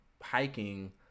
hiking